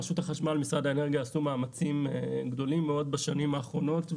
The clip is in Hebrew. רשות החשמל ומשרד האנרגיה עשו מאמצים מאוד גדולים בשנים האחרונות.